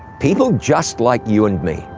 people just like you and me,